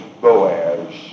Boaz